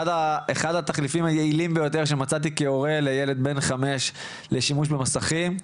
אחד התחליפים היעילים ביותר שמצאתי כהורה לילד בן חמש לשימוש במסכים,